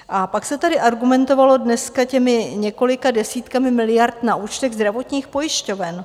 A pak se tady argumentovalo dneska těmi několika desítkami miliard na účtech zdravotních pojišťoven.